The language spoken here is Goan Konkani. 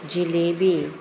जिलेबी